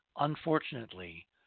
unfortunately